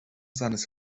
seines